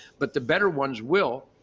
but the better ones will.